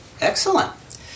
Excellent